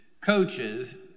coaches